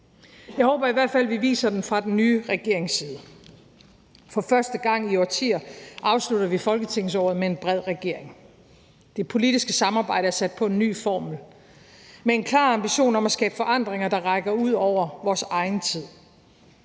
Jeg håber i hvert fald, at vi viser den fra den nye regerings side. For første gang i årtier afslutter vi folketingsåret med en bred regering. Det politiske samarbejde er sat på en ny formel med en klar ambition om at skabe forandringer, der rækker ud over vores egen tid.